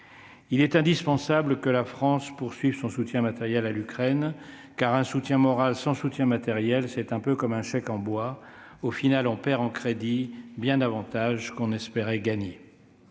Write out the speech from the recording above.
Il est indispensable que la France poursuive son soutien matériel à l'Ukraine, car un soutien moral sans soutien matériel, c'est un peu comme un chèque en bois : à la fin, on perd en crédit bien davantage que ce qu'on espérait gagner.